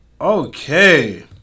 Okay